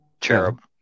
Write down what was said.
cherub